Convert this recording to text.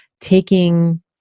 taking